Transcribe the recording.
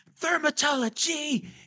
thermatology